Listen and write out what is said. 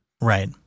Right